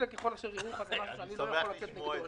ככל אשר יראוך" זה דבר שאני לא יכול לצאת נגדו.